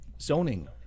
zoning